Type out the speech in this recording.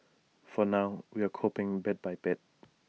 for now we're coping bit by bit